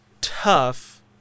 tough